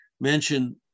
mention